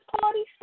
party